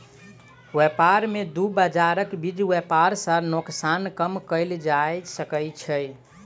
व्यापार में दू बजारक बीच व्यापार सॅ नोकसान कम कएल जा सकै छै